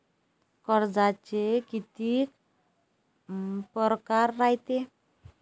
कर्जाचे कितीक परकार रायते?